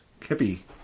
Kippy